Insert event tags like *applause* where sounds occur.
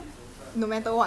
*laughs* ya